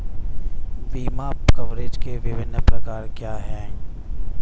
बीमा कवरेज के विभिन्न प्रकार क्या हैं?